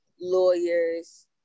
lawyers